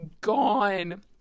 gone